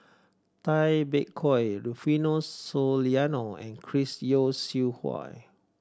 Tay Bak Koi Rufino Soliano and Chris Yeo Siew Hua